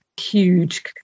huge